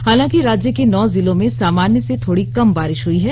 हालांकि राज्य के नौ जिलों में सामान्य से थोड़ी कम बारिश हुई है